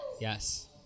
Yes